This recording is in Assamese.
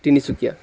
তিনিচুকীয়া